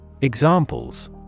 Examples